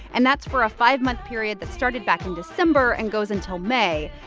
and that's for a five-month period that started back in december and goes until may.